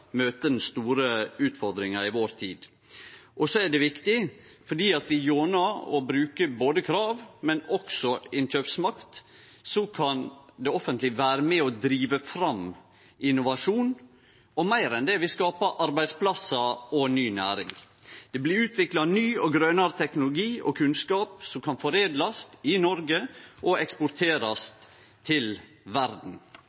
den store utfordringa i vår tid. Det er også viktig fordi det offentlege, gjennom å bruke både krav og innkjøpsmakt, kan vere med og drive fram innovasjon – og meir enn det: Vi skapar arbeidsplassar og ny næring. Det blir utvikla ny og grønare teknologi og kunnskap som kan foredlast i Noreg og